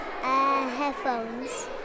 headphones